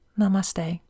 Namaste